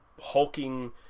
hulking